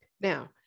Now